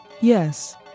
Yes